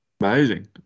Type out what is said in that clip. Amazing